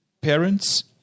parents